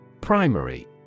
Primary